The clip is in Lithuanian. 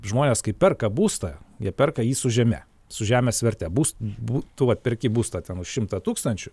žmonės kai perka būstą jie perka jį su žeme su žemės verte bus bū tu vat perki būstą ten už šimtą tūkstančių